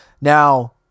Now